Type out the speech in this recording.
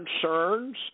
concerns